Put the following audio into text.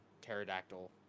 Pterodactyl